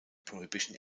prohibition